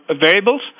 variables